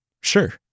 Sure